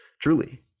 Truly